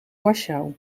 warschau